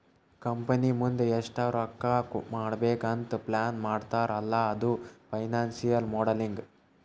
company ಮುಂದ್ ಎಷ್ಟ ರೊಕ್ಕಾ ಮಾಡ್ಬೇಕ್ ಅಂತ್ ಪ್ಲಾನ್ ಮಾಡ್ತಾರ್ ಅಲ್ಲಾ ಅದು ಫೈನಾನ್ಸಿಯಲ್ ಮೋಡಲಿಂಗ್